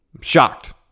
shocked